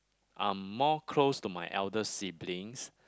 I'm more close to my elder siblings